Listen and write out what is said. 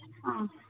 ಆಂ